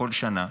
בכל שנה,